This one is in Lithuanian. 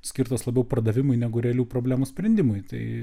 skirtos labiau pardavimui negu realių problemų sprendimui tai